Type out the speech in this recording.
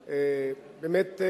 באמת,